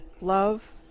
love